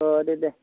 औ दे दे